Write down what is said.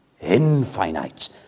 Infinite